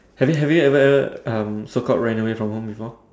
have you have you ever um so called ran away from home before